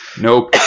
Nope